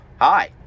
Hi